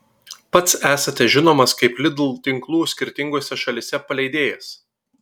pats esate žinomas kaip lidl tinklų skirtingose šalyse paleidėjas